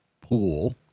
pool